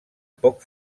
poc